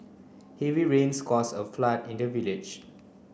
heavy rains cause a flood in the village